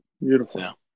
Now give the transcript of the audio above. Beautiful